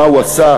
מה הוא עשה,